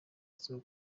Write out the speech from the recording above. azwiho